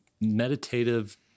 meditative